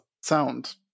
sound